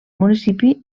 municipi